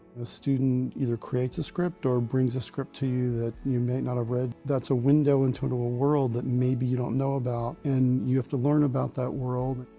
a student either creates a script or brings a script to you that you may not have read. that's a window into a world that maybe you don't know about, and you have to learn about that world.